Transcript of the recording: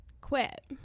quit